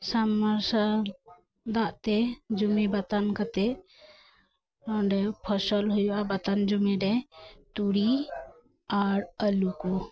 ᱥᱟᱢ ᱢᱟᱨᱥᱟᱞ ᱫᱟᱜ ᱛᱮ ᱡᱩᱢᱤ ᱵᱟᱛᱟᱱ ᱠᱟᱛᱮ ᱱᱚᱸᱰᱮ ᱯᱷᱚᱥᱚᱞ ᱦᱩᱭᱩᱜᱼᱟ ᱵᱟᱛᱟᱱ ᱡᱩᱢᱤ ᱨᱮ ᱛᱩᱲᱤ ᱟᱨ ᱟᱞᱩ ᱠᱚ